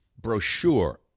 brochure